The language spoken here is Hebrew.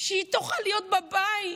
שהיא תוכל להיות בבית,